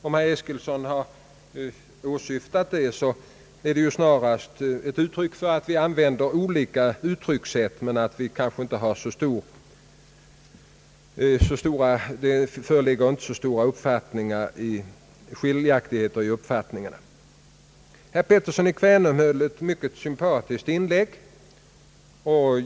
Om herr Eskilsson har åsyftat prisöverväganden av detta slag betyder det ju snarast att vi använder olika uttryckssätt. Herr Pettersson i Kvänum höll ett mycket sympatiskt anförande.